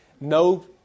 No